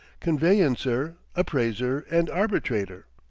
conveyancer, appraiser, and arbitrator.